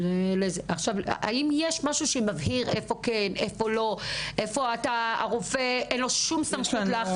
האם יש כללים שמבהירים על סמכותו של הרופא לסרב?